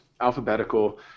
alphabetical